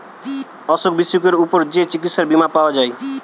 অসুখ বিসুখের উপর যে চিকিৎসার বীমা পাওয়া যায়